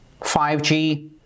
5G